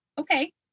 okay